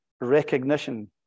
recognition